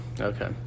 Okay